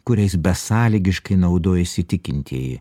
kuriais besąlygiškai naudojasi tikintieji